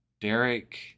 Derek